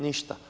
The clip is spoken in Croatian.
Ništa.